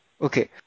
Okay